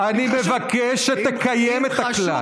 אני מבקש שתקיים את הכלל.